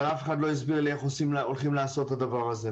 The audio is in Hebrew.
אף אחד לא הסביר לי איך הולכים לעשות את הדבר הזה,